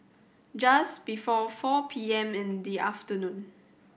just before four P M in the afternoon